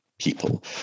People